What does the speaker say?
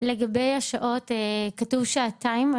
לגבי השעות, כתוב שעתיים.